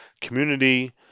community